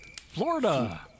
Florida